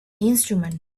instrument